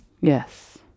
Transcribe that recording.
Yes